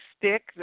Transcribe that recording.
stick